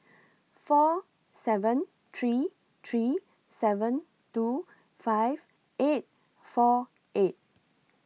four seven three three seven two five eight four eight